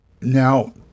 Now